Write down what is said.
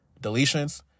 deletions